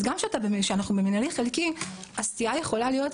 אז גם כשאנחנו במינהלי חלקי הסטייה יכולה להיות,